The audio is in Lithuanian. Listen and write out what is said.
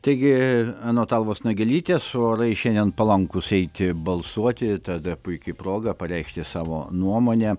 taigi anot almos nagelytės orai šiandien palankūs eiti balsuoti tad puiki proga pareikšti savo nuomonę